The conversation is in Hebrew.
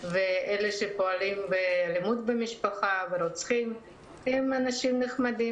ואלה שהורשעו על אלימות במשפחה ורוצחים הם אנשים נחמדים,